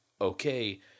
okay